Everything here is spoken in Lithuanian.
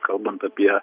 kalbant apie